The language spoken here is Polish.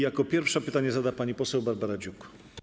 Jako pierwsza pytanie zada pani poseł Barbara Dziuk.